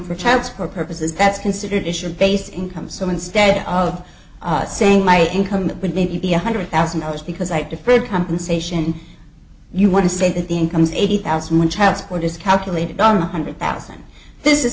for purposes that's considered issue based income so instead of saying my income would need to be a hundred thousand dollars because i deferred compensation you want to say that the incomes eighty thousand one child support is calculated on one hundred thousand this is